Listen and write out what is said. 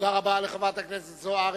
תודה לחברת הכנסת זוארץ.